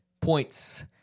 Points